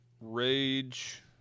Rage